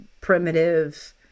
primitive